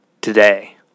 today